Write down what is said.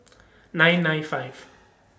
nine nine five